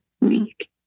week